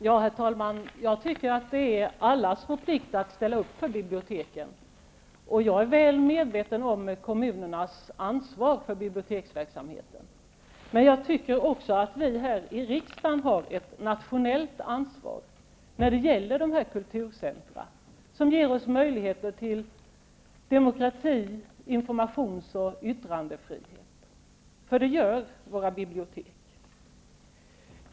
Herr talman! Jag tycker att det är allas vår plikt att ställa upp för biblioteken. Jag är väl medveten om kommunernas ansvar för biblioteksverksamheten, men jag tycker också att vi här i riksdagen har ett nationellt ansvar för de kulturcentra som biblioteken är. De ger oss möjligheter till demokrati och till informations och yttrandefrihet.